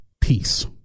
peace